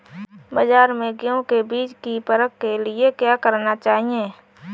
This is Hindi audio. बाज़ार में गेहूँ के बीज की परख के लिए क्या करना चाहिए?